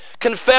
Confess